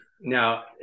now